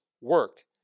work